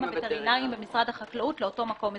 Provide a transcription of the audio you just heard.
הווטרינריים במשרד החקלאות ואותו מקום הסגר.